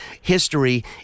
history